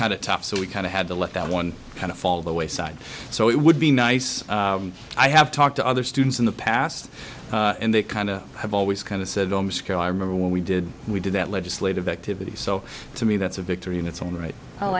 of tough so we kind of had to let that one kind of fall the wayside so it would be nice i have talked to other students in the past and they kind of have always kind of said oh i remember when we did we did that legislative activity so to me that's a victory in its own right